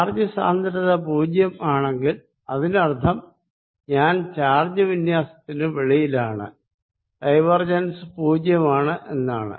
charge സാന്ദ്രത പൂജ്യം ആണെങ്കിൽ അതിനർത്ഥം ഞാൻ ചാർജ് വിന്യാസത്തിന് വെളിയിലാണ് ഡൈവേർജെൻസ് പൂജ്യമാണ് എന്നാണ്